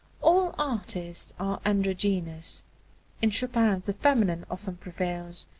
all artists are androgynous in chopin the feminine often prevails,